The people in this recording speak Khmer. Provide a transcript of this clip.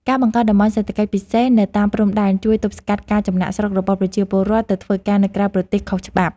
ការបង្កើតតំបន់សេដ្ឋកិច្ចពិសេសនៅតាមព្រំដែនជួយទប់ស្កាត់ការចំណាកស្រុករបស់ប្រជាពលរដ្ឋទៅធ្វើការនៅក្រៅប្រទេសខុសច្បាប់។